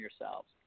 yourselves